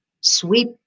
Sweep